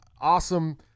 awesome